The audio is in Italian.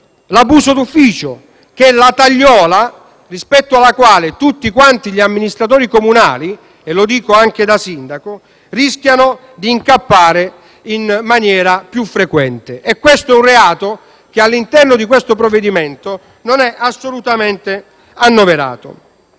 l'abuso d'ufficio, che è la tagliola in cui tutti quanti gli amministratori comunali (lo dico anche da sindaco) rischiano di incappare in maniera più frequente. Questo è un reato che all'interno del provvedimento non è assolutamente annoverato.